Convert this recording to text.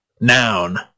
noun